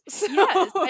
Yes